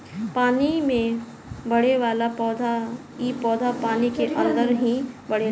पानी में बढ़ेवाला पौधा इ पौधा पानी के अंदर ही बढ़ेला